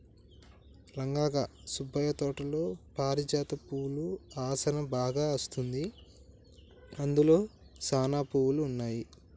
రంగా గా సుబ్బయ్య తోటలో పారిజాత పువ్వుల ఆసనా బాగా అస్తుంది, అందులో సానా పువ్వులు ఉన్నాయి